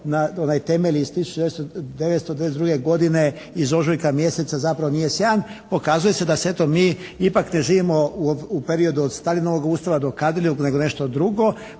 ono, onaj temelj iz 1992. godine iz ožujka mjeseca zapravo nije sjajan pokazuje se da se eto mi ipak ne živimo u periodu od Staljinovog ustava do Kardeljevog nego nešto drugo,